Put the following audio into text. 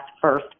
first